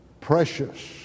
precious